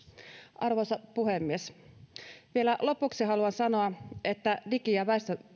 arvoisa puhemies vielä lopuksi haluan sanoa että digi ja